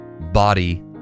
body